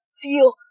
feel